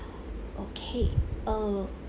okay uh